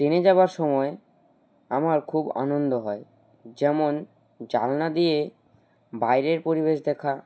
ট্রেনে যাওয়ার সময় আমার খুব আনন্দ হয় যেমন জানলা দিয়ে বাইরের পরিবেশ দেখা